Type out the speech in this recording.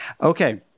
Okay